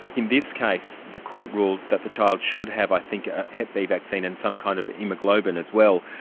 in this case, the court ruled that the child should have, i think, a hep b vaccine and some kind of haemoglobin as well,